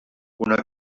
una